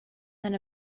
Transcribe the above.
than